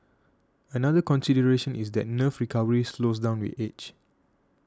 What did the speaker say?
another consideration is that nerve recovery slows down with age